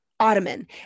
ottoman